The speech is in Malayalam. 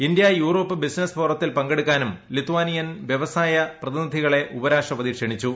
ഇന്ത്യ യൂറോപ്പ് ബിസിനസ് ഫോറത്തിൽ പങ്കെടുക്കാനും ലിത്വാനിയൻ വൃവസായ സമൂഹപ്രതിനിധികളെ ഉപരാഷ്ട്രപതി ക്ഷണിച്ചു